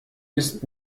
ist